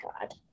God